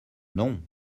non